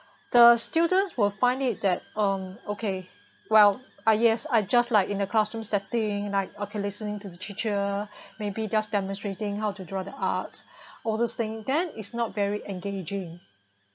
the students will find it that um okay well ah yes I just like in a classroom setting like okay listening to the teacher may be just demonstrating how to draw the art all those thing that is not very engaging